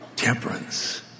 temperance